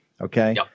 Okay